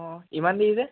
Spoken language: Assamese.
অঁ ইমান দেৰি যে